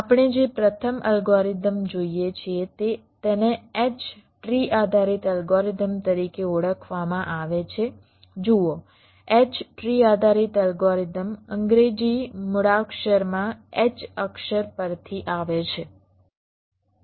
આપણે જે પ્રથમ અલ્ગોરિધમ જોઈએ છીએ તેને H ટ્રી આધારિત અલ્ગોરિધમ તરીકે ઓળખવામાં આવે છે જુઓ H ટ્રી આધારિત અલ્ગોરિધમ અંગ્રેજી મૂળાક્ષરમાં H અક્ષર પરથી આવે છે